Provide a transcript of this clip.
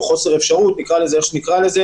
או חוסר אפשרות נקרא לזה איך שנקרא לזה